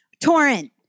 Torrent